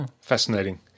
Fascinating